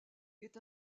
est